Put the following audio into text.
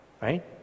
right